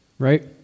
Right